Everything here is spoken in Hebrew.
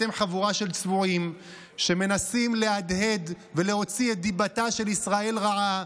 אתם חבורה של צבועים שמנסים להדהד ולהוציא את דיבתה של ישראל רעה,